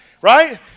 right